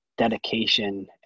dedication